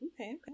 okay